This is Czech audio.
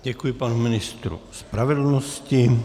Děkuji panu ministru spravedlnosti.